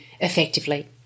effectively